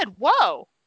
whoa